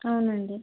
అవునండి